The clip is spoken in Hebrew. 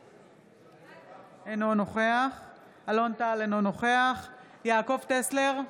אינו נוכח אלון טל, אינו נוכח יעקב טסלר,